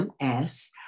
MS